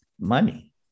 money